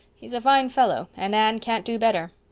he's a fine fellow, and anne can't do better.